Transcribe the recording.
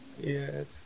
Yes